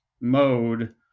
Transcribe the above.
mode